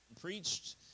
preached